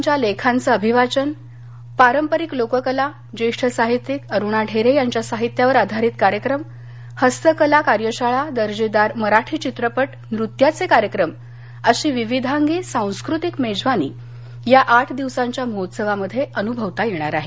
च्या लेखांचं अभिवाचन पारंपरिक लोककला ज्येष्ठ साहित्यिक अरुणा ढेरे यांच्या साहित्यावर आधारित कार्यक्रम हस्तकला कार्यशाळा दर्जेदार मराठी चित्रपट नृत्याचे कार्यक्रम अशी विविधांगी सांस्कृतिक मेजवानी या आठ दिवसांच्या महोत्सवामध्ये अनृभवता येणार आहे